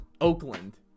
Oakland